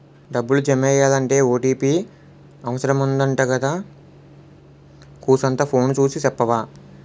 డబ్బులు జమెయ్యాలంటే ఓ.టి.పి అవుసరమంటగదా కూసంతా ఫోను సూసి సెప్పవా